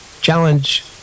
challenge